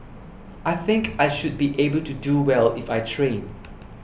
I think I should be able to do well if I train